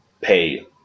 pay